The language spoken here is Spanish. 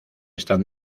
están